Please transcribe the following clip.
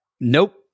Nope